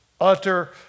utter